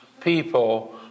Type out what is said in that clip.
people